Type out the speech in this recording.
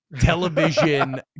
television